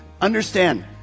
Understand